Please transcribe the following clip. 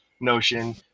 notion